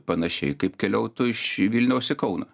panašiai kaip keliautų iš vilniaus į kauną